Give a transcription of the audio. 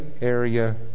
area